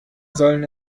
sollen